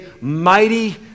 mighty